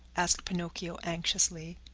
asked pinocchio anxiously.